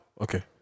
Okay